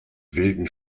wilden